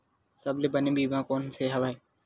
सबले बने बीमा कोन से हवय?